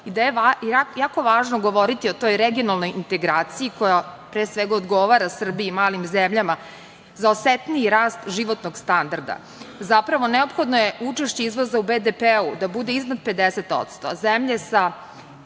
gde je jako važno govoriti o toj regionalnoj integraciji koja pre svega odgovara Srbiji i malim zemljama za osetniji rast životnog standarda. Zapravo, neophodno je učešće izvoza u BDP da bude iznad 50%, a zemlje sa